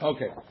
Okay